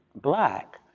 black